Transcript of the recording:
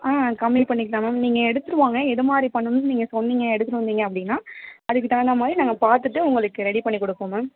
ஆ கம்மி பண்ணிக்கலாம் மேம் நீங்க எடுத்துகிட்டு வாங்க எதை மாதிரி பண்ணணுன்னு நீங்கள் சொன்னீங்க எடுத்துகிட்டு வந்தீங்க அப்படின்னா அதுக்கு தகுந்த மாதிரி நாங்கள் பார்த்துட்டு உங்களுக்கு ரெடி பண்ணி கொடுப்போம் மேம்